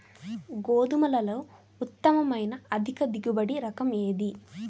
గోధుమలలో ఉత్తమమైన అధిక దిగుబడి రకం ఏది?